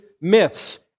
myths